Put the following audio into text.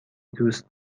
دوست